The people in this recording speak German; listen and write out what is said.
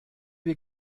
wir